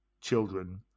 children